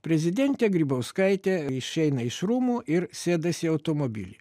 prezidentė grybauskaitė išeina iš rūmų ir sėdas į automobilį